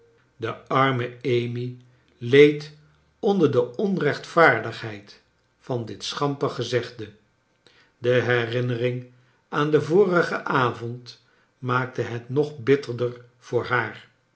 de arme amy leed onder de onrechtvaardigheid van dit schamper gezegde de herinnering aan den vorigen avond maakte het nog bitterder voor haar